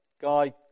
guy